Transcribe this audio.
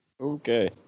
Okay